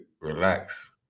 Relax